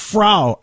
Frau